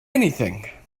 anything